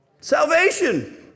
Salvation